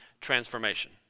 transformation